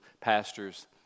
pastors